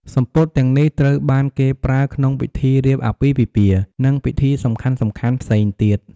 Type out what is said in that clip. សំពត់ទាំងនេះត្រូវបានគេប្រើក្នុងពិធីរៀបអាពាហ៍ពិពាហ៍ និង ពិធីសំខាន់ៗផ្សេងទៀត។